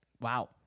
Wow